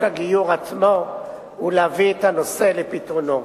הגיור עצמו ולהביא את הנושא לפתרונו.